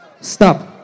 Stop